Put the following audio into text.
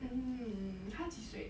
mm 他几岁